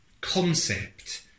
concept